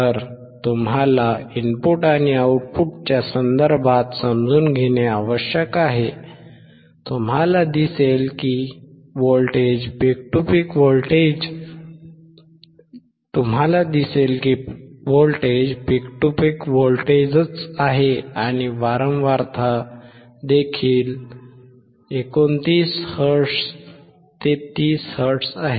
तर तुम्हाला इनपुट आणि आउटपुटच्या संदर्भात समजून घेणे आवश्यक आहे तुम्हाला दिसेल की व्होल्टेज पीक टू पीक व्होल्टेजच आहे आणि वारंवारता देखील सुमारे 29 हर्ट्ज ते 30 हर्ट्ज आहे